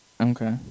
Okay